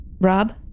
Rob